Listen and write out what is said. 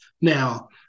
Now